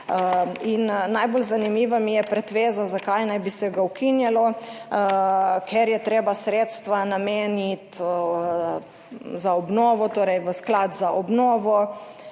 In najbolj zanimiva mi je pretveza, zakaj naj bi se ga ukinjalo, ker je treba sredstva nameniti za obnovo, torej v sklad za obnovo,